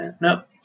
Nope